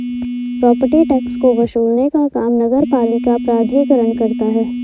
property tax को वसूलने का काम नगरपालिका प्राधिकरण करता है